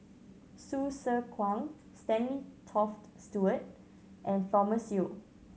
Hsu Tse Kwang Stanley Toft Stewart and Thomas Yeo